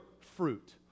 fruit